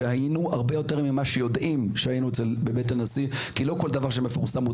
והיינו בבית הנשיא הרבה יותר ממה שמפורסם.